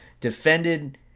defended